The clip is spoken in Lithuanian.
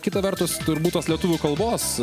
kita vertus turbūt tos lietuvių kalbos